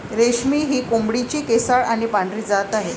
रेशमी ही कोंबडीची केसाळ आणि पांढरी जात आहे